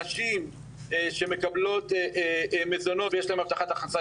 נשים שמקבלות מזונות ויש להן הבטחת הכנסה,